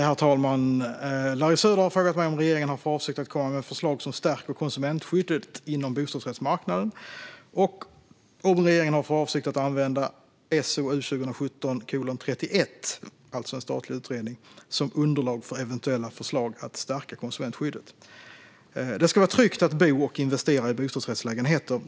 Herr talman! Larry Söder har frågat mig om regeringen har för avsikt att komma med förslag som stärker konsumentskyddet inom bostadsrättsmarknaden och om regeringen har för avsikt att använda SOU 2017:31, alltså en statlig utredning, som underlag för eventuella förslag för att stärka konsumentskyddet. Det ska vara tryggt att bo och investera i bostadsrättslägenheter.